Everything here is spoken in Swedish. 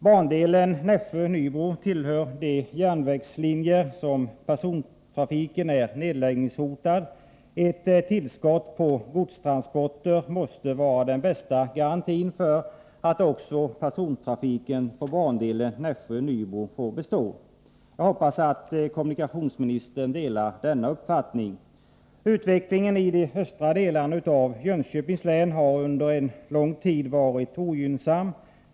Bandelen Nässjö-Nybro tillhör de järnvägslinjer där persontrafiken är nedläggningshotad. Ett tillskott på godstransporter måste vara den bästa garantin för att också persontrafiken på bandelen Nässjö-Nybro får bestå. Jag hoppas att kommunikationsministern delar denna uppfattning. Utvecklingen i de östra delarna av Jönköpings län har under en lång tid varit ogynnsam.